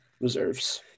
reserves